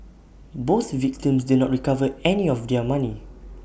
both victims did not recover any of their money